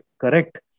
correct